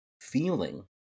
feeling